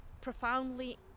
profoundly